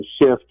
Shift